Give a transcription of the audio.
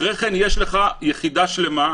אחרי זה יש לך יחידה שלמה,